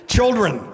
Children